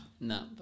No